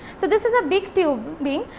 so, this is a big tube being,